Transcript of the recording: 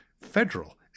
federal